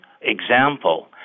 example